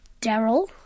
Daryl